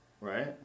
right